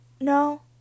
no